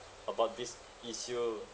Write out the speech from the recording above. about this issue